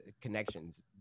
connections